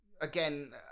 again